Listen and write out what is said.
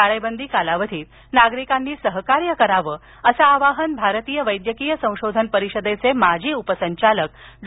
टाळेबंदी कालावधीत नागरिकांनी सहकार्य करावं असं आवाहन भारतीय वैद्यकीय संशोधन परिषदेचे माजी उपसंचालक डॉ